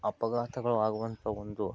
ಅಪಘಾತಗಳು ಆಗುವಂತಹ ಒಂದು